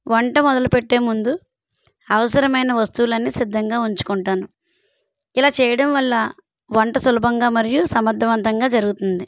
వంట మొదలుపెట్టేముందు అవసరమైన వస్తువులన్నీ సిద్ధంగా ఉంచుకుంటాను ఇలా చేయడం వల్ల వంట సులభంగా మరియు సమర్థవంతంగా జరుగుతుంది